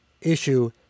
issue